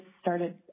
started –